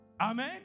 Amen